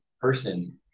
person